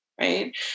right